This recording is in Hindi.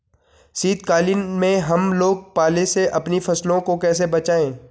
शीतकालीन में हम लोग पाले से अपनी फसलों को कैसे बचाएं?